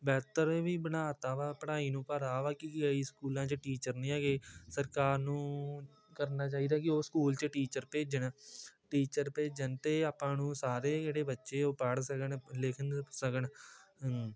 ਬਿਹਤਰ ਵੀ ਬਣਾ ਤਾ ਵਾ ਪੜ੍ਹਾਈ ਨੂੰ ਪਰ ਆਹ ਵਾ ਕਿ ਇਹੀ ਸਕੂਲਾਂ 'ਚ ਟੀਚਰ ਨਹੀਂ ਹੈਗੇ ਸਰਕਾਰ ਨੂੰ ਕਰਨਾ ਚਾਹੀਦਾ ਕਿ ਉਹ ਸਕੂਲ 'ਚ ਟੀਚਰ ਭੇਜਣ ਟੀਚਰ ਭੇਜਣ ਅਤੇ ਆਪਾਂ ਨੂੰ ਸਾਰੇ ਜਿਹੜੇ ਬੱਚੇ ਉਹ ਪੜ੍ਹ ਸਕਣ ਲਿਖ ਸਕਣ